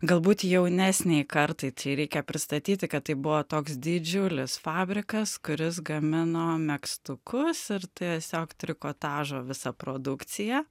galbūt jaunesnei kartai čia reikia pristatyti kad tai buvo toks didžiulis fabrikas kuris gamino megztukus ir tiesiog trikotažo visą produkciją